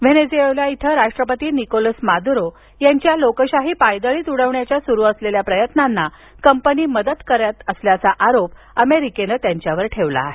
Venezuela इथं राष्ट्रपती Nicolas Maduro यांच्या लोकशाही पायदळी तुडविण्याच्या सुरू असलेल्या प्रयत्नांना कंपनी मदत करत असल्याचा आरोप त्यांच्यावर ठेवण्यात आला आहे